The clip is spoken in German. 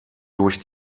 durch